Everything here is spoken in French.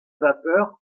vapeur